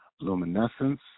Luminescence